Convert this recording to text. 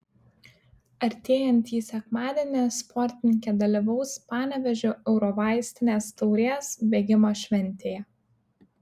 artėjantį sekmadienį sportininkė dalyvaus panevėžio eurovaistinės taurės bėgimo šventėje